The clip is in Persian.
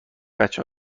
بچه